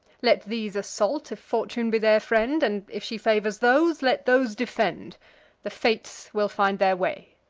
let these assault, if fortune be their friend and, if she favors those, let those defend the fates will find their way.